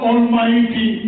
Almighty